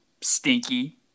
Stinky